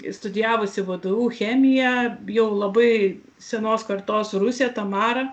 studijavusi vdu chemiją jau labai senos kartos rusė tamara